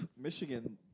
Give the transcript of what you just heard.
Michigan